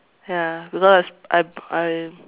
ya because I I I